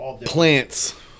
Plants